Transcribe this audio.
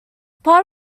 part